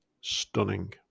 stunning